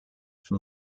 from